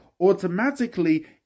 automatically